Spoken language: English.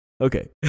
okay